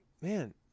man